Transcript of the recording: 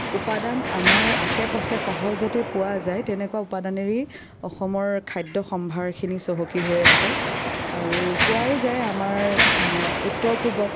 উপাদান আমাৰ আশে পাশে সহজতে পোৱা যায় তেনেকুৱা উপাদানেৰেই অসমৰ খাদ্য সম্ভাৰখিনি চহকী হৈ আছে আৰু কোৱাই যায় আমাৰ উত্তৰ পূবত